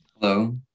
hello